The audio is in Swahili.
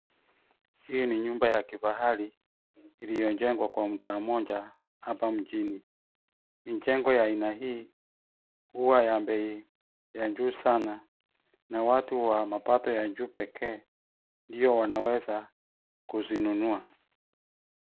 Hii ni nyumba ya kifahari iliyo jengwa kwa mtaa mmoja hapa mjini. Mijengo ya aina hii huwai ya bei ya juu sana na watu wa mapato ya juu pekee ndio wanaweza kuzinunua,